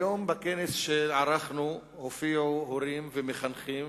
היום, בכנס שערכנו, הופיעו הורים ומחנכים